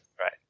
Right